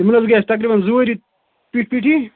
یِمَن حظ گٔے اَسہِ تَقریباً زٕ ؤری پٮ۪ٹھۍ پٮ۪ٹھٕے